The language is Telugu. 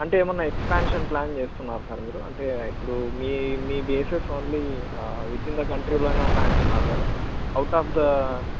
అంటే ఏమైనా ఎక్స్ప్యాన్షన్ ప్లాన్ చేస్తున్నారా సార్ మీరు అంటే ఇప్పుడు మీ మీ బేసస్ ఓన్లీ విత్ఇన్ ద కంట్రీలోనే ఉన్నాయంటున్నారు కదా అవుట్ ఆఫ్ ద